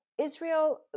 Israel